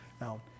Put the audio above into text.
Now